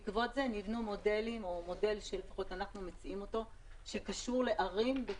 בעקבות זה נבנה מודל שאנחנו מציעים אותו שקשור לערים בטוחות.